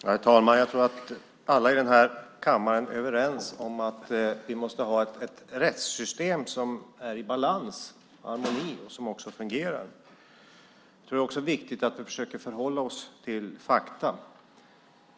Herr talman! Jag tror att alla här i kammaren är överens om att vi måste ha ett rättssystem som är i balans och harmoni och fungerar. Jag tror också att det är viktigt att vi försöker förhålla oss till fakta.